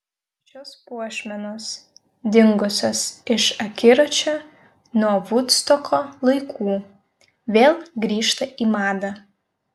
šios puošmenos dingusios iš akiračio nuo vudstoko laikų vėl grįžta į madą